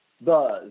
buzz